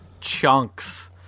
chunks